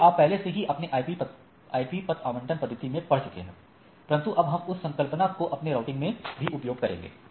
ये आप पहले से ही अपने आईपी पत आवंटन पद्धति में पढ़ चुके हैं परंतु अब हम उस संकल्पना को अपने राउटिंग में भी उपयोग करेंगे